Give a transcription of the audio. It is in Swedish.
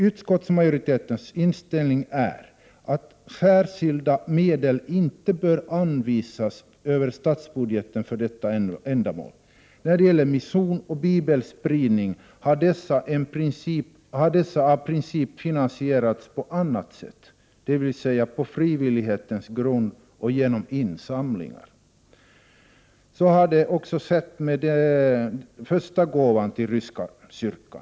Utskottsmajoritetens inställning är att särskilda medel inte bör anvisas över statsbudgeten för detta ändamål. Mission och bibelspridning har av princip finansierats på annat sätt, dvs. på frivillighetens grund och genom insamlingar. Så hade också skett med den första gåvan till ryska kyrkan.